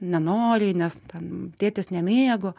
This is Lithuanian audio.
nenori nes ten tėtis nemėgo